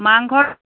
মাংসৰ